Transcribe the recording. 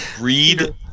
Read